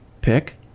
pick